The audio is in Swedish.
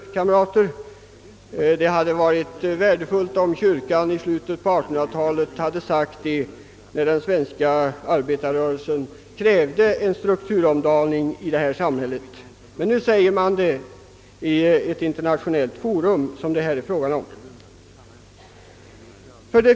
Låt mig inskjuta: Det hade varit värdefullt om kyrkan i slutet på 1800-talet hade sagt detta, när den svenska arbetarrörelsen krävde en strukturell omdaning i vårt samhälle. Nu säger man det emellertid i ett internationellt sammanhang.